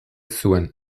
zuen